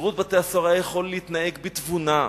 שירות בתי-הסוהר היה יכול להתנהג בתבונה,